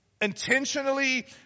intentionally